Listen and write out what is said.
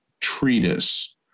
treatise